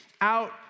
out